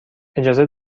اجازه